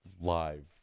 live